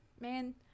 man